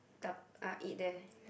dab~ uh eat there